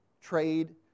trade